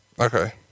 Okay